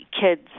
kids